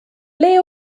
ble